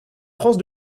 france